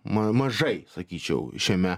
ma mažai sakyčiau šiame